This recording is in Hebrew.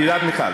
סליחה.